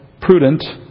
prudent